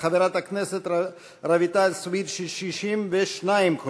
חברת הכנסת רויטל סויד 62 קולות,